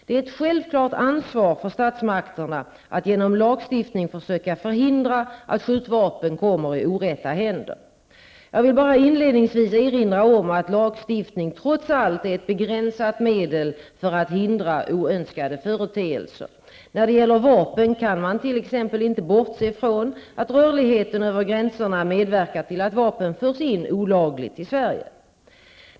Det är ett självklart ansvar för statsmakterna att genom lagstiftning försöka förhindra att skjutvapen kommer i orätta händer. Jag vill bara inledningsvis erinra om att lagstiftning trots allt är ett begränsat medel för att hindra oönskade företeelser. När det gäller vapen kan man t.ex. inte bortse från att rörligheten över gränserna medverkar till att vapen förs in olagligt till Sverige.